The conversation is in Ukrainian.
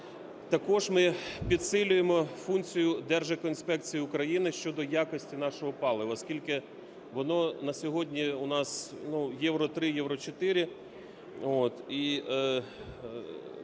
Також ми підсилюємо функцію Держекоінспекції України щодо якості нашого палива. Оскільки воно на сьогодні у нас, ну, "Євро-3", "Євро-4"